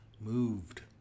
moved